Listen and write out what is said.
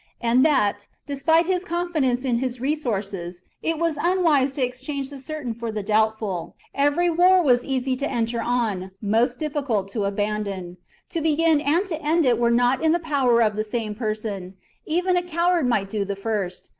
and that, despite his confidence in his resources, it was unwise to exchange the certain for the doubtful every war was easy to enter on, most difficult to abandon to begin and to end it were not in the power of the same person even a coward might do the first,